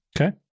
Okay